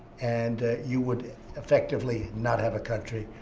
and you would effectively not have a country.